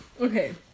Okay